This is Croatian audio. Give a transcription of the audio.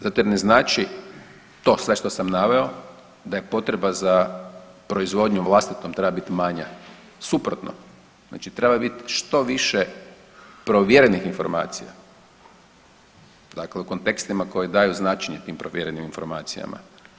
Zato jer ne znači da to sve što sam naveo da je potreba za proizvodnjom, vlastitom treba biti manja, suprotno, znači treba biti što više provjerenih informacija, dakle u kontekstima koji daju značenje tim provjerenim informacijama.